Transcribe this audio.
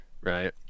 Right